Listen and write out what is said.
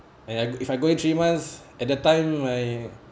and if I go in three months at that time I